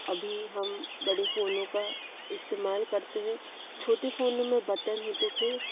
अभी हम बड़े फ़ोनों का इस्तेमाल करते हैं छोटे फ़ोनों मे बटन होते थे